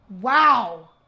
Wow